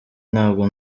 ntabwo